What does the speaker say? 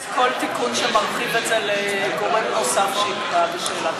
את יכולה לאמץ כל תיקון שמרחיב את זה לגורם נוסף שיקבע בשאלת,